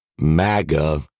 MAGA